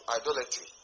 idolatry